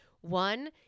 One